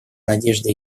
надежда